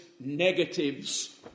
negatives